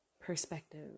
perspective